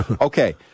okay